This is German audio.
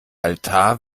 altar